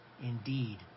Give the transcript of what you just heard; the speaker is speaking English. indeed